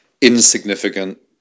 insignificant